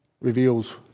reveals